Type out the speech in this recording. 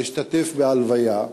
להשתתף בהלוויה,